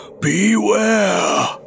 beware